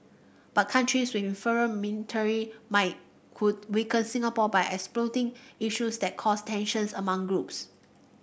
but countries with inferior military might could weaken Singapore by exploiting issues that cause tensions among groups